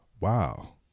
Wow